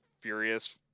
furious